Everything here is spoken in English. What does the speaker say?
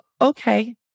Okay